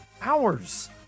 hours